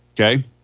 okay